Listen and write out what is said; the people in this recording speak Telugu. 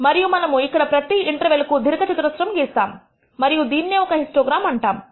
మరియు మనము ఇక్కడ ప్రతి ఇంటర్వెల్ కు దీర్ఘ చతురస్రం గీసాము మరియు దీన్నే ఒక హిస్టోగ్రాం అంటాము